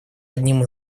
одним